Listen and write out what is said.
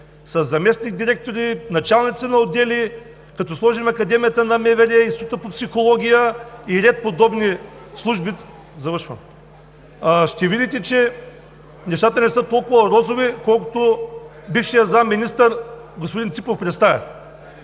със заместник-директори, началници на отдели и като сложим Академията на МВР, Института по психология и ред подобни служби, ще видите, че нещата не са толкова розови, колкото бившият заместник-министър господин Ципов представя.